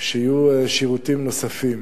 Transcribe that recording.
שיהיו שירותים נוספים,